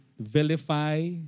vilify